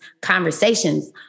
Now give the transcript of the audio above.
conversations